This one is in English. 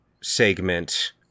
segment